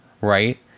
right